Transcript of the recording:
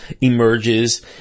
emerges